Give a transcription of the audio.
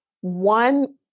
one